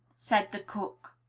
said the cook.